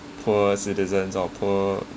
poor citizens or poor